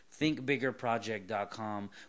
thinkbiggerproject.com